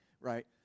right